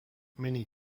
mini